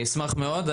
אני אשמח מאוד,